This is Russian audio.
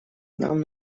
нам